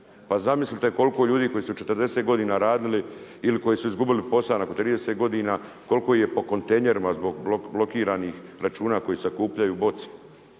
Pa zamislite koliko ljudi koji su 40 godina radili ili koji su izgubili posao nakon 30 godina, koliko ih je po kontejnerima zbog blokiranih računa koji sakupljaju boce.